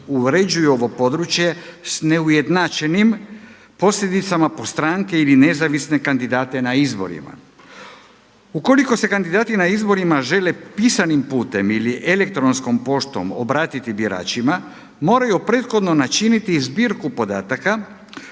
uređuju ovo područje s neujednačenim posljedicama po stranke ili nezavisne kandidate na izborima. Ukoliko se kandidati na izborima žele pisanim putem ili elektronskom poštom obratiti biračima, moraju prethodno načiniti zbirku podataka